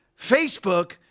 Facebook